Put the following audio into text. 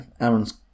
Aaron's